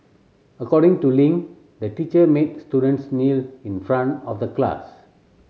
according to Ling the teacher made students kneel in front of the class